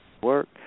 work